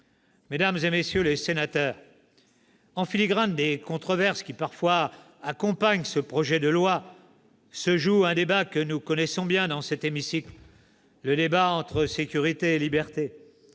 Mesdames, messieurs les sénateurs, en filigrane des controverses qui accompagnent ce projet de loi, il y a un débat que nous connaissons bien dans cet hémicycle : le débat entre sécurité et liberté,